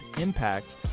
impact